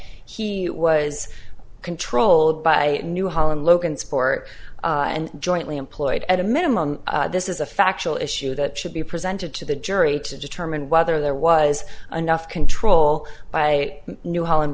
he was controlled by new holland logansport and jointly employed at a minimum this is a factual issue that should be presented to the jury to determine whether there was enough control by new ho